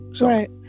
Right